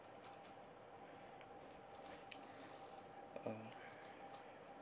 uh